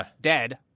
dead